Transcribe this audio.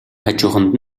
хажууханд